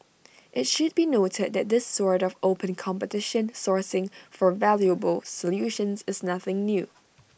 IT should be noted that this sort of open competition sourcing for valuable solutions is nothing new